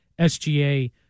SGA